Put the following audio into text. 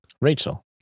rachel